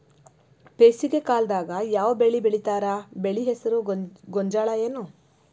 ಬೇಸಿಗೆ ಕಾಲದಾಗ ಯಾವ್ ಬೆಳಿ ಬೆಳಿತಾರ, ಬೆಳಿ ಹೆಸರು ಗೋಂಜಾಳ ಏನ್?